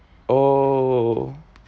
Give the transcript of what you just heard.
oh